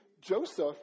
Joseph